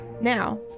now